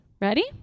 Ready